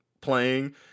playing